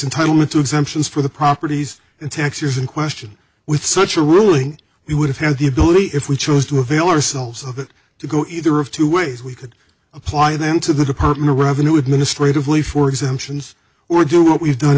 entitle me to exemptions for the properties and tax years in question with such a ruling we would have the ability if we chose to avail ourselves of it to go either of two ways we could apply them to the department of revenue administratively for exemptions or do what we've done